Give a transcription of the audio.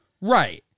Right